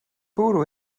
bwrw